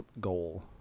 goal